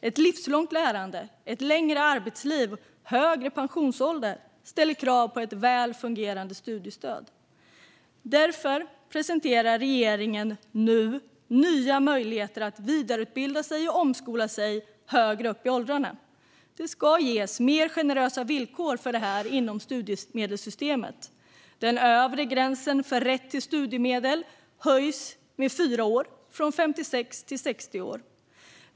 Ett livslångt lärande, ett längre arbetsliv och högre pensionsåldrar ställer krav på väl fungerande studiestöd. Därför presenterar regeringen nu nya möjligheter att vidareutbilda sig eller omskola sig högre upp i åldrarna. Det ska ges mer generösa villkor för detta inom studiemedelssystemet. Den övre gränsen för rätt till studiemedel höjs med fyra år, från 56 till 60 år.